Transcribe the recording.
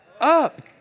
up